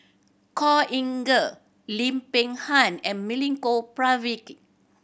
Khor Ean Ghee Lim Peng Han and Milenko Prvacki